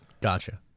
Gotcha